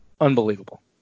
unbelievable